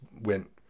went